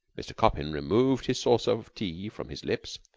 mr. coppin removed his saucer of tea from his lips.